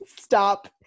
Stop